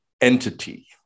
entity